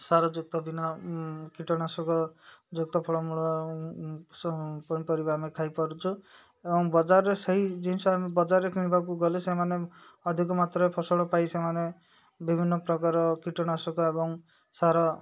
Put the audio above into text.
ସାରଯୁକ୍ତ ବିନା କୀଟନାଶକଯୁକ୍ତ ଫଳମୂଳ ପନିପରିବା ଆମେ ଖାଇପାରୁଛୁ ଏବଂ ବଜାରରେ ସେଇ ଜିନିଷ ଆମେ ବଜାରରେ କିଣିବାକୁ ଗଲେ ସେମାନେ ଅଧିକ ମାତ୍ରାରେ ଫସଲ ପାଇ ସେମାନେ ବିଭିନ୍ନ ପ୍ରକାର କୀଟନାଶକ ଏବଂ ସାର